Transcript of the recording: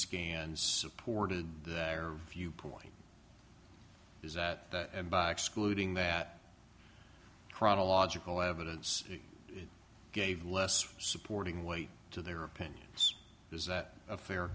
scans supported their view point is that by excluding that chronological evidence gave less supporting weight to their opinions is that a fair